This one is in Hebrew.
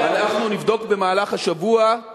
אנחנו נבדוק במהלך השבוע.